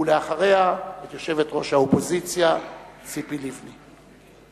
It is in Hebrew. ואחריה את יושבת-ראש האופוזיציה ציפי לבני.